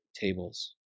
tables